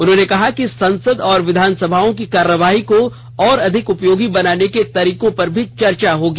उन्होंने कहा कि संसद और विधानसभाओं की कार्यवाही को और अधिक उपयोगी बनाने के तरीकों पर भी चर्चा होगी